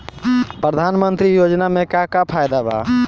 प्रधानमंत्री योजना मे का का फायदा बा?